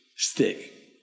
Stick